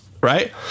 right